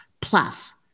plus